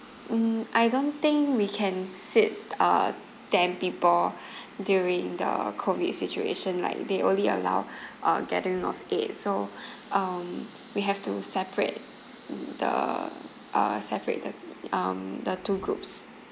mm I don't think we can sit uh ten people during the COVID situation like they only allow a gathering of eight so um we have to separate mm the uh separate the um the two groups